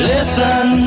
Listen